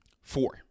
four